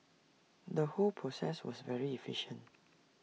the whole process was very efficient